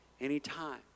anytime